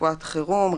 רפואת חירום,